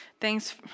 Thanks